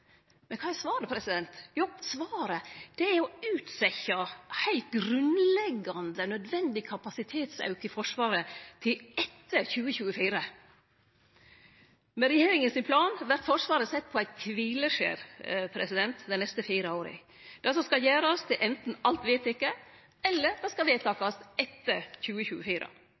Men kva er svaret? Jo, svaret er å utsetje heilt grunnleggjande nødvendig kapasitetsauke i Forsvaret til etter 2024. Med regjeringas plan vert Forsvaret sett på eit kvileskjer dei neste fire åra. Det som skal gjerast, er anten alt vedteke, eller det skal vedtakast etter 2024.